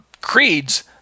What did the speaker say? creeds